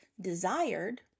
desired